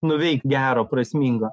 nuveikt gero prasmingo